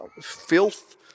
filth